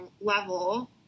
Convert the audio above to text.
level